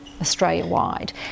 Australia-wide